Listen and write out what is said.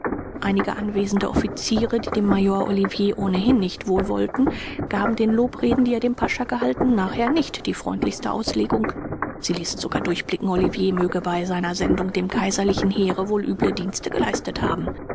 einige anwesende offiziere die dem major olivier ohnehin nicht wohlwollten gaben den lobreden die er dem pascha gehalten nachher nicht die freundlichste auslegung sie ließen sogar durchblicken olivier möge bei seiner sendung dem kaiserlichen heere wohl üble dienste geleistet haben